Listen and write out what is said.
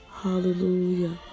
Hallelujah